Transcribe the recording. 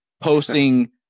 posting